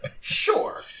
Sure